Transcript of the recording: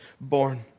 born